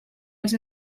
els